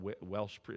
Welsh